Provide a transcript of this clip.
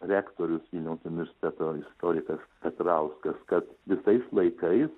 rektorius vilniaus universiteto istorikas petrauskas kad visais laikais